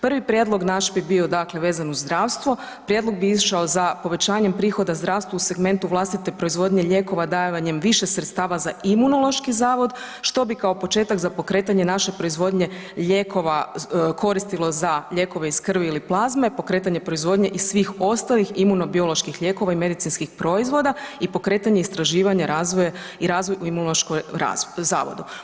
Prvi prijedlog naš bi bio dakle vezan uz zdravstvo, prijedlog bi išao za povećanjem prihoda zdravstvu u segmentu vlastite proizvodnje lijekova davanjem više sredstava za Imunološki zavod što bi kao početak za pokretanje naše proizvodnje lijekova koristilo za lijekove iz krvi ili plazme, pokretanje proizvodnje i svih ostalih imunobioloških lijekova i medicinskih proizvoda i pokretanje istraživanja i razvoj u Imunološkom zavodu.